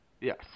Yes